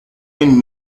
and